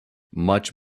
much